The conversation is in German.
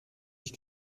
ich